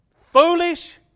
Foolish